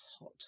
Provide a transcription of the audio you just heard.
hot